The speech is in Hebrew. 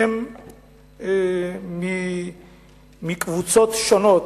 שהם מקבוצות שונות,